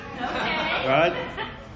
Right